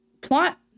plot